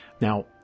Now